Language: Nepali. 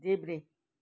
देब्रे